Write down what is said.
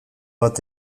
bat